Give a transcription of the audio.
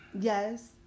Yes